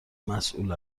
مسئول